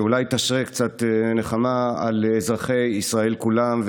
שאולי תשרה קצת נחמה על אזרחי ישראל כולם.